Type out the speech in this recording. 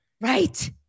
right